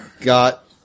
got